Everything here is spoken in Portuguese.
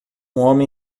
homem